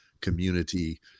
community